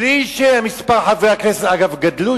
בלי שמספר חברי הכנסת גדל,